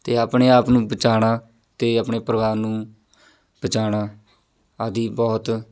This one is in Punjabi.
ਅਤੇ ਆਪਣੇ ਆਪ ਨੂੰ ਬਚਾਉਣਾ ਅਤੇ ਆਪਣੇ ਪਰਿਵਾਰ ਨੂੰ ਬਚਾਉਣਾ ਆਦਿ ਬਹੁਤ